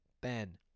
Ben